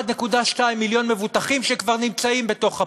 1.2 מיליון מבוטחים שכבר נמצאים בתוך הפול.